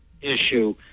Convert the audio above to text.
Issue